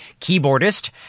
keyboardist